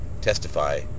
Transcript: testify